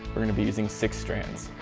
we're going to be using six strands.